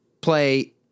play